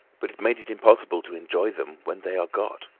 but it made it impossible to enjoy them when they are got.